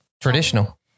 traditional